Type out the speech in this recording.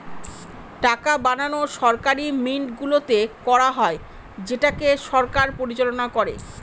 টাকা বানানো সরকারি মিন্টগুলোতে করা হয় যেটাকে সরকার পরিচালনা করে